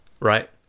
right